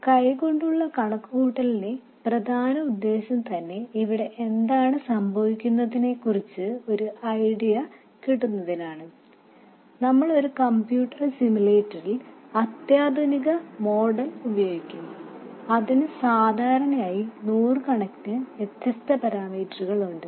കൈകൊണ്ടുള്ള കണക്കുകൂട്ടലിന്റെ പ്രധാന ഉദ്ദേശ്യം തന്നെ ഇവിടെ എന്താണ് സംഭവിക്കുന്നതെന്നതിനെക്കുറിച്ച് ഒരു ഐഡിയ കിട്ടുന്നതിനാണ് നമ്മൾ ഒരു കമ്പ്യൂട്ടർ സിമുലേറ്ററിൽ അത്യാധുനിക മോഡൽ ഉപയോഗിക്കും അതിന് സാധാരണയായി നൂറുകണക്കിന് വ്യത്യസ്ത പാരാമീറ്ററുകൾ ഉണ്ട്